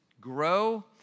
Grow